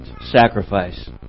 sacrifice